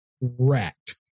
wrecked